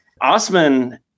Osman